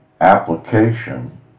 application